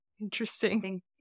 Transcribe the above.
Interesting